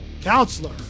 counselor